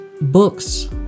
books